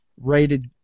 rated